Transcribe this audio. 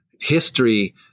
history